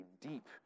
deep